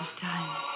time